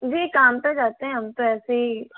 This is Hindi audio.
जी काम पर जाते हैं हम तो ऐसे ही